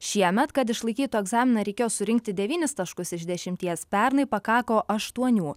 šiemet kad išlaikytų egzaminą reikėjo surinkti devynis taškus iš dešimties pernai pakako aštuonių